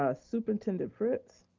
ah superintendent fritz.